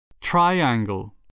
Triangle